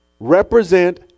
represent